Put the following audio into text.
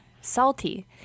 salty